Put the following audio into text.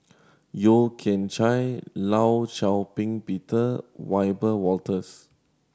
Yeo Kian Chye Law Shau Ping Peter Wiebe Wolters